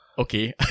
Okay